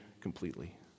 completely